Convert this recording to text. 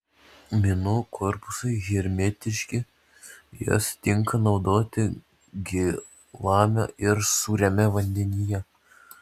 minų korpusai hermetiški jas tinka naudoti gėlame ir sūriame vandenyje